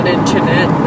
internet